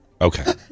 Okay